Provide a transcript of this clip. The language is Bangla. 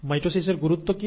মাইটোসিসের গুরুত্ব কি